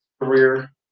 career